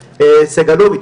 סגלוביץ',